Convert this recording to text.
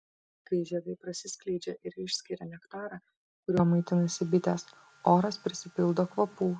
kai žiedai prasiskleidžia ir išskiria nektarą kuriuo maitinasi bitės oras prisipildo kvapų